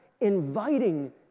inviting